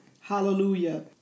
Hallelujah